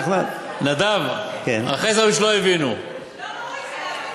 לא ראוי זה להביא הצעת חוק כזאת בשעה כזאת,